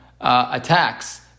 attacks